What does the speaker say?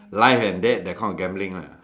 life and death that kind of gambling one